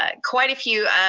ah quite a few